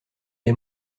est